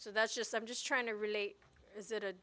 so that's just i'm just trying to relate is it